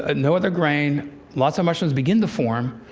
ah no other grain lots of mushrooms begin to form.